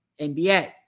NBA